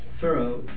thorough